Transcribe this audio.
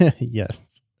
Yes